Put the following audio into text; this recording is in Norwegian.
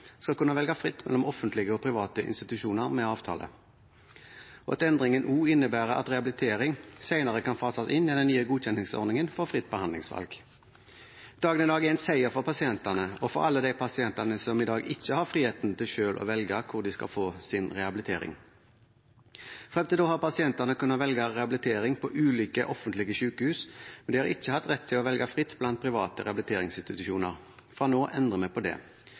skal kunne velge fritt mellom offentlige og private institusjoner med avtale, og at endringen også innebærer at rehabilitering senere kan fases inn i den nye godkjenningsordningen for fritt behandlingsvalg. Dagen i dag er en seier for pasientene og for alle de pasientene som i dag ikke har friheten til selv å velge hvor de skal få sin rehabilitering. Frem til nå har pasientene kunnet velge rehabilitering på ulike offentlige sykehus, men de har ikke hatt rett til å velge fritt blant private rehabiliteringsinstitusjoner. Fra nå av endrer vi på det.